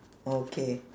okay